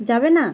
যাবে না